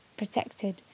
protected